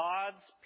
God's